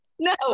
No